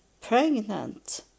pregnant